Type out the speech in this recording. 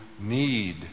need